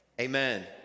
amen